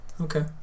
Okay